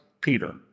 Peter